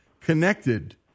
connected